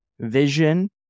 Vision